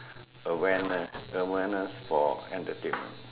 awareness awareness for entertainment